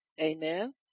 Amen